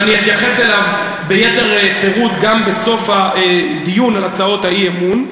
ואני אתייחס אליו ביתר פירוט גם בסוף הדיון על הצעות האי-אמון.